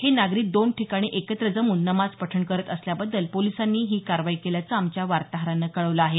हे नागरिक दोन ठिकाणी एकत्र जमून नमाज पठण करत असल्याबद्दल पोलिसांनी ही कारवाई केल्याचं आमच्या वार्ताहरानं कळवलं आहे